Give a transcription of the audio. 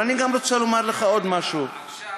אבל אני גם רוצה לומר לך עוד משהו,